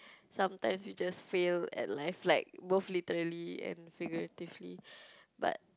sometimes you just fail at life like both literally and figuratively but